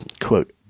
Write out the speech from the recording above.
quote